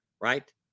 right